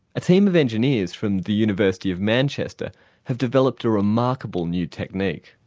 a team of engineers from the university of manchester have developed a remarkable new technique.